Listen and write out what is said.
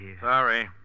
Sorry